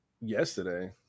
Yesterday